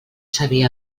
sabia